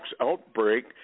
outbreak